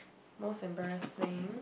most embarrassing